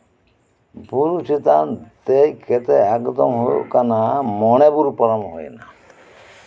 ᱵᱩᱨᱩ ᱪᱮᱛᱟᱱ ᱫᱮᱡ ᱠᱟᱛᱮᱜ ᱮᱠᱫᱚᱢ ᱦᱩᱭᱩᱜ ᱠᱟᱱᱟ ᱢᱚᱬᱮ ᱵᱩᱨᱩ ᱯᱟᱨᱚᱢ ᱦᱩᱭᱱᱟ